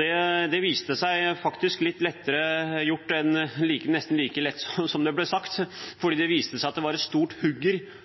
Det viste seg faktisk å være nesten like lett gjort som det var sagt, for det viste seg at det var